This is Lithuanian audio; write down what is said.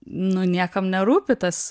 nu niekam nerūpi tas